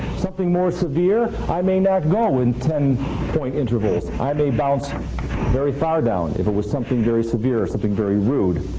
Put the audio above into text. something more severe? i may not go in ten point intervals. i may bounce very far down if it was something very severe, or something very rude.